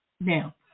Now